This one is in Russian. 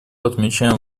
отмечаем